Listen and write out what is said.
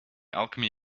alchemy